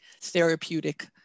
therapeutic